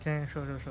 then true true true